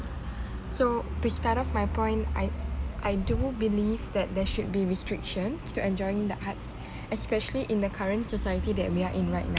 so to start off my point I I do believe that there should be restrictions to enjoying the arts especially in the current society that we are in right now